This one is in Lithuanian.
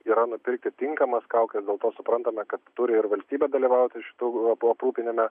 yra nupirkti tinkamas kaukes dėl to suprantame kad turi ir valstybė dalyvauti šitų aprūpinime